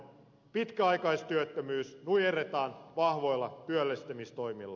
pitkäaikaistyöttömyys nujerretaan vahvoilla työllistämistoimilla